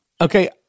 Okay